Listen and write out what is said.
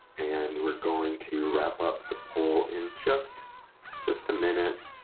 and we're going to wrap up the poll in just just a minute,